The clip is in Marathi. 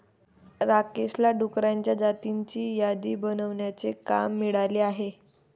राकेशला डुकरांच्या जातींची यादी बनवण्याचे काम मिळाले आहे